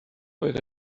oedd